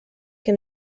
que